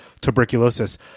tuberculosis